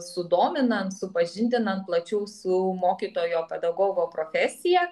sudominant supažindinant plačiau su mokytojo pedagogo profesija